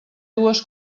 dues